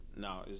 no